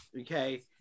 okay